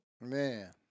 Man